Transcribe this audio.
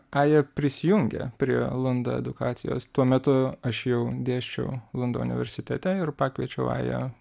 aja prisijungė prie lundo edukacijos tuo metu aš jau dėsčiau lundo universitete ir pakviečiau ają